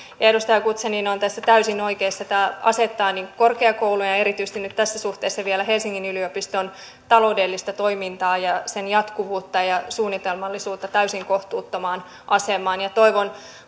edustaja guzenina on tässä täysin oikeassa tämä asettaa korkeakoulujen ja erityisesti nyt tässä suhteessa vielä helsingin yliopiston taloudellista toimintaa ja sen jatkuvuutta ja ja suunnitelmallisuutta täysin kohtuuttomaan asemaan toivon